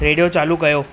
radio चालू कयो